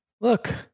look